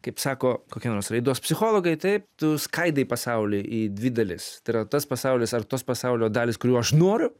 kaip sako kokie nors raidos psichologai taip tu skaidai pasaulį į dvi dalis tai yra tas pasaulis ar tos pasaulio dalys kurių aš noriu